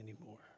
anymore